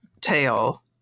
tail